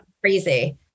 crazy